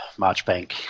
Marchbank